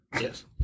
Yes